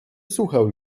słuchał